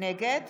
נגד